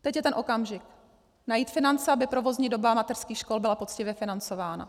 Teď je ten okamžik, najít finance, aby provozní doba mateřských škol byla poctivě financována.